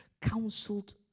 counseled